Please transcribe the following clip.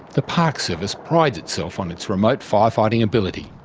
the parks service prides itself on its remote firefighting ability.